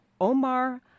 Omar